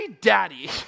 Daddy